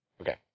Okay